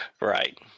Right